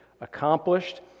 accomplished